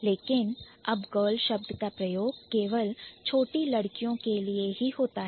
लेकिन अब Girl शब्द का प्रयोग केवल छोटी लड़कियों के लिए ही होता है